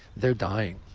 they're dying.